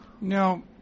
Now